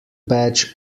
badge